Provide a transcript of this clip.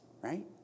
right